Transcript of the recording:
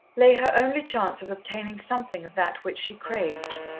lay her only chance of obtaining something of that which she craved.